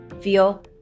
feel